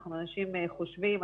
אנחנו אנשים חושבים,